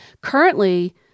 Currently